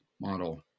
model